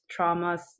traumas